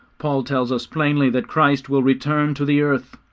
paul tells us plainly that christ will return to the earth.